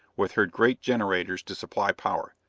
with her great generators to supply power.